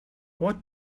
what